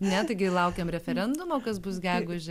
ne taigi laukiam referendumo kas bus gegužę